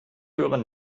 höre